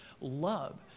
love